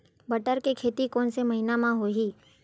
बटर के खेती कोन से महिना म होही?